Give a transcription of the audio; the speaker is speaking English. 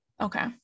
Okay